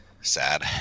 sad